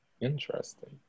Interesting